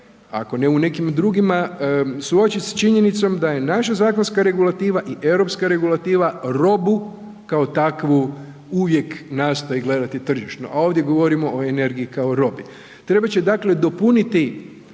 ako ne u nekim drugima, suočit s činjenicom da je naša zakonska regulativa i europska regulativa robu kao takvu uvijek nastoji gledati tržišno, a ovdje govorimo o energiji kao o robi. Trebat će dakle dopuniti,